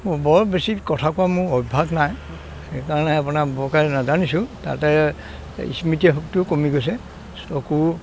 বৰ বেছি কথা কোৱা মোৰ অভ্যাস নাই সেইকাৰণে আপোনাৰ বৰকৈ নাজানিছোঁ তাতে স্মৃতিশক্তিও কমি গৈছে চকুৰো